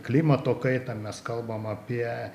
klimato kaitą mes kalbam apie